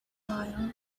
while